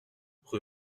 rue